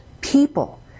people